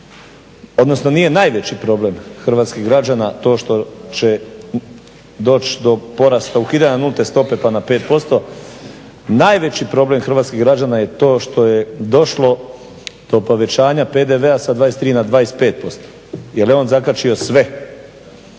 odnosno nije najveći problem hrvatskih građana to što će doći do porasta, ukidanja nulte stope pa na 5%. Najveći problem hrvatskih građana je to što je došlo do povećanja PDV-a sa 23 na 25% jer je on zakačio sve.